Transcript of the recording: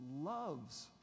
loves